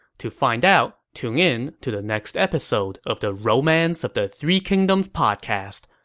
to find out, tune in to the next episode of the romance of the three kingdoms podcast.